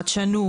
חדשנות,